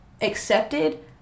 accepted